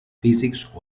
físics